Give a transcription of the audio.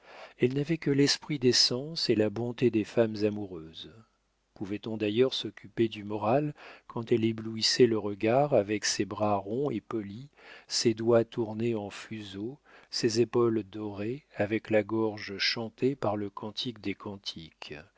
elle n'avait que l'esprit des sens et la bonté des femmes amoureuses pouvait-on d'ailleurs s'occuper du moral quand elle éblouissait le regard avec ses bras ronds et polis ses doigts tournés en fuseaux ses épaules dorées avec la gorge chantée par le cantique des cantiques